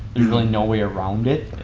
there's really now way around it.